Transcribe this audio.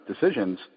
decisions